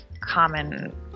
common